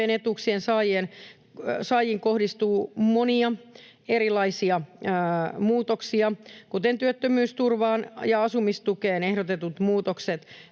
etuuksien saajiin kohdistuu monia erilaisia muutoksia, kuten työttömyysturvaan ja asumistukeen ehdotetut muutokset.